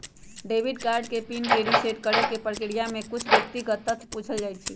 debit card के PIN के reset करेके प्रक्रिया में कुछ व्यक्तिगत तथ्य पूछल जाइ छइ